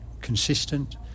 consistent